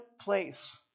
place